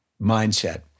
mindset